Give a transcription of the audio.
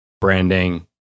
branding